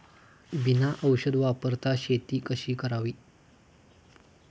बिना औषध वापरता शेती कशी करावी?